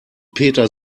peter